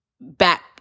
back